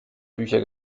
bücher